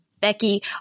Becky